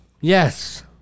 Yes